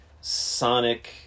sonic